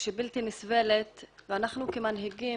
בלתי נסבלת ואנחנו כמנהיגים,